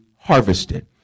harvested